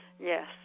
Yes